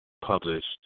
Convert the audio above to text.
published